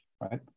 right